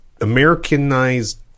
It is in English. Americanized